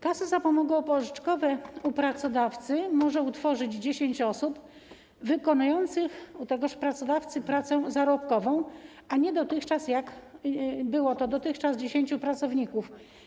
Kasy zapomogowo-pożyczkowe u pracodawcy może utworzyć 10 osób wykonujących u tegoż pracodawcy pracę zarobkową, a nie, jak to było dotychczas, 10 pracowników.